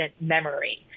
Memory